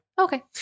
Okay